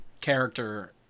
character